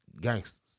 gangsters